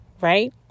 Right